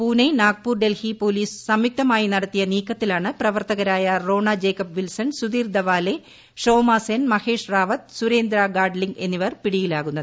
Pune Nagpur Delhi police സംയുക്തമായി നടത്തിയ നീക്കത്തിലാണ് പ്രവർത്തകരായ റോണ ജേക്കബ് വിൽസൺ സുധീർ ദവാലെ ഷോമാസെൻ മഹേഷ് റാവത്ത് സുരേന്ദ്ര ഗാർഡ്ലിങ്ക് എന്നിവർ പിടിയിലാകുന്നത്